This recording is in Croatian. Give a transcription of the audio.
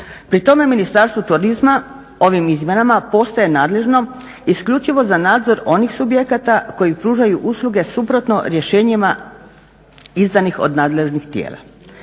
Pri tome Ministarstvo turizma ovim izmjenama postaje nadležno isključivo za nadzor onih subjekata koji pružaju usluge suprotno rješenjima izdanih od nadležnih tijela.